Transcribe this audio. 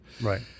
right